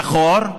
שחור,